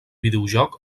videojoc